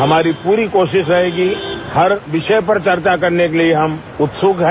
हमारी पूरी कोशिश रहेगी हर विषय पर चर्चा करने के लिए हम उत्सुक है